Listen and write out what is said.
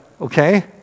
Okay